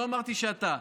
לא אמרתי שאתה,